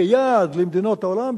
כיעד למדינות העולם,